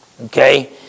Okay